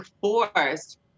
forced